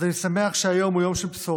אז אני שמח שהיום הוא יום של בשורה,